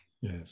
Yes